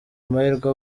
amahirwe